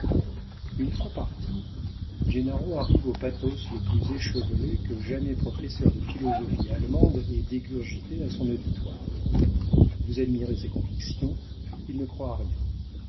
une fois parti gennaro arrive au pathos le plus échevelé que jamais professeur de philosophie allemande ait dégurgité à son auditoire vous admirez ses convictions il ne croit à rien